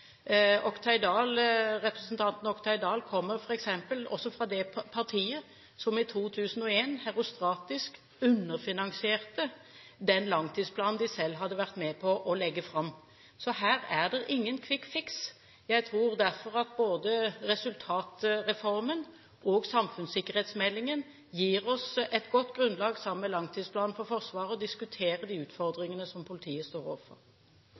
Representanten Oktay Dahl kommer fra det partiet som i 2001 – herostratisk – underfinansierte den langtidsplanen de selv hadde vært med på å legge fram. Så her er det ingen «quick fix». Jeg tror derfor at både resultatreformen og samfunnssikkerhetsmeldingen gir oss et godt grunnlag, sammen med langtidsplanen for Forsvaret, for å diskutere de utfordringene som politiet står overfor.